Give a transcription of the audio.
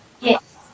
Yes